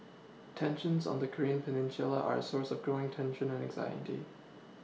tensions on the Korean peninsula are a source of growing tension and anxiety